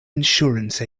insurance